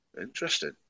Interesting